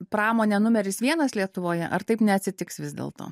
pramone numeris vienas lietuvoje ar taip neatsitiks vis dėlto